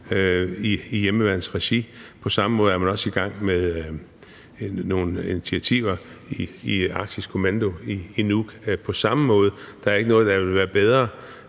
i hjemmeværnsregi. På samme måde er man også i gang med nogle initiativer i Arktisk Kommando i Nuuk. Der er ikke noget, der ville være bedre,